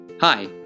Hi